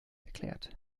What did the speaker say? erklärt